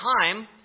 time